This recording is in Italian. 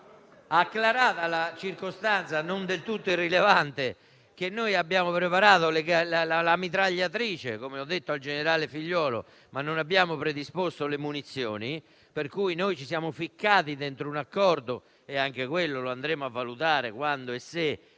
Acclarata la circostanza non del tutto irrilevante che abbiamo preparato la mitragliatrice, come ho detto al generale Figliuolo, ma non abbiamo predisposto le munizioni, per cui ci siamo messi dentro un accordo - che andremo a valutare quando e se